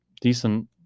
decent